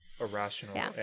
Irrational